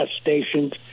Stations